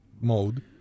mode